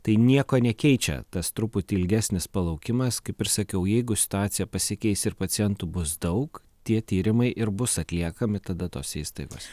tai nieko nekeičia tas truputį ilgesnis palaukimas kaip ir sakiau jeigu situacija pasikeis ir pacientų bus daug tie tyrimai ir bus atliekami tada tose įstaigos